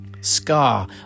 Scar